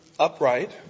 upright